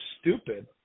stupid